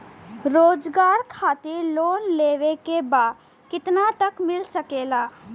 रोजगार खातिर लोन लेवेके बा कितना तक मिल सकेला?